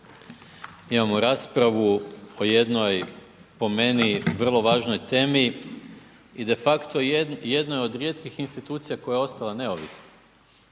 Imamo raspravu o jednoj, po meni vrlo važnoj temi i de facto jedna je od rijetkih institucija koja je ostala neovisna